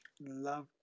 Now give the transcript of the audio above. Love